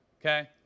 okay